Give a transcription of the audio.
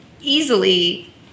easily